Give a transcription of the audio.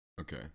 Okay